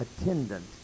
attendant